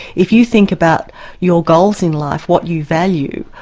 if you think about your goals in life, what you value,